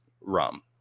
rum